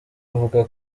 avuga